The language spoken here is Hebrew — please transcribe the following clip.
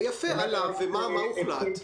עלה, ומה הוחלט?